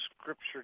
Scripture